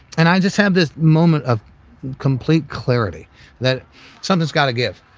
and i just had this moment of complete clarity that something's got to give.